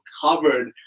covered